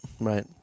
Right